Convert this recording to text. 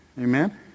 Amen